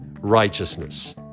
righteousness